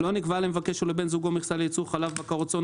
נקבעה למבקש או לבן זוגו מכסה לייצור חלב בקר או צאן,